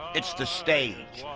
it's the stage.